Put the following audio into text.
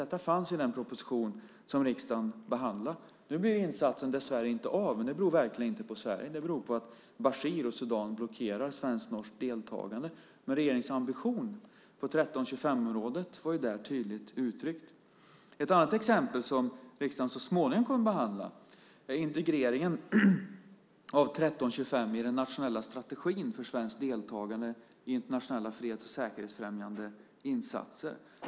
Detta stod i den proposition som riksdagen behandlade. Nu blir insatsen dessvärre inte av, men det beror verkligen inte på Sverige. Det beror på att Bashir och Sudan blockerar svensk-norskt deltagande. Men regeringens ambition när det gäller resolution 1325 var tydligt uttryckt där. Ett annat exempel som riksdagen så småningom kommer att behandla är integreringen av 1325 i den nationella strategin för svenskt deltagande i internationella freds och säkerhetsfrämjande insatser.